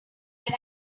when